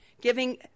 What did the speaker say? giving